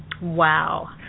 Wow